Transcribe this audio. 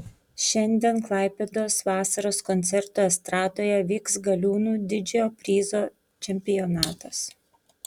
šiandien klaipėdos vasaros koncertų estradoje vyks galiūnų didžiojo prizo čempionatas